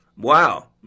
Wow